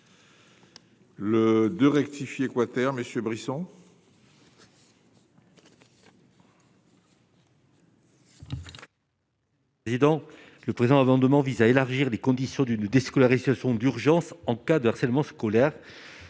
Le de rectifier quater monsieur Brisson.